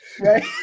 Right